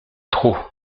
trop